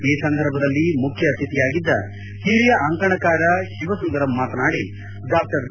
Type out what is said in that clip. ಈ ಸಂದರ್ಭದಲ್ಲಿ ಮುಖ್ಯ ಆತಿಥಿಯಾಗಿದ್ದ ಹಿರಿಯ ಅಂಕಣಕಾರ ಶಿವಸುಂದರಂ ಮಾತನಾಡಿ ಡಾ ಬಿ